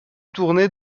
tourné